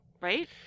Right